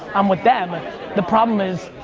i'm with them, and the problem is,